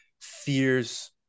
fears